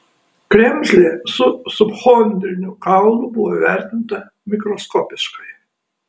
kremzlė su subchondriniu kaulu buvo įvertinta mikroskopiškai